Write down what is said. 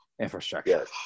infrastructure